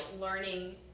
learning